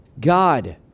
God